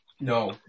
No